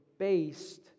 based